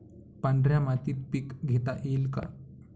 पांढऱ्या मातीत पीक घेता येईल का?